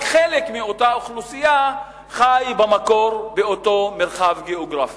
רק חלק מאותה אוכלוסייה חי במקור באותו מרחב גיאוגרפי.